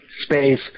space